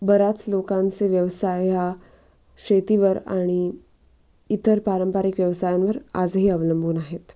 बऱ्याच लोकांचे व्यवसाय ह्या शेतीवर आणि इतर पारंपरिक व्यवसायांवर आजही अवलंबून आहेत